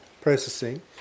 processing